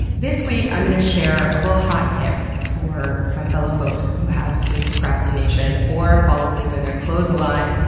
this week, i'm gonna share a little hot tip for my fellow folks who have sleep procrastination, or fall asleep in their clothes a lot.